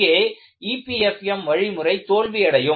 அங்கே EPFM வழிமுறை தோல்வியடையும்